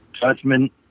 judgment